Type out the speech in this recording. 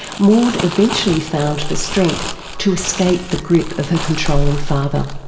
maude eventually found the strength to escape the grip of her controlling father.